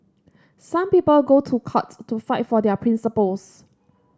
some people go to court to fight for their principles